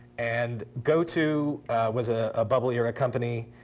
and goto was a ah bubble era company,